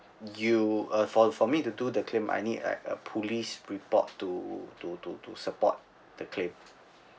you uh for for me to do the claim I need like a police report to to to to support the claim